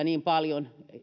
niin paljon